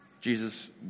Jesus